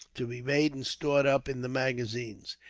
to be made and stored up in the magazines.